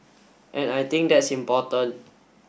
and I think that's important